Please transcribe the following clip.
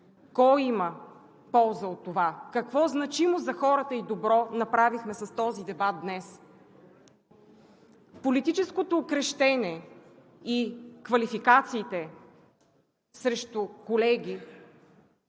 Кой има полза от това, какво значимо и добро за хората направихме с този дебат днес? Политическото крещене и квалификациите срещу колеги